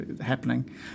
happening